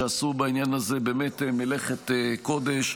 שעשו בעניין הזה באמת מלאכת קודש,